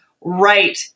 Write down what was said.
right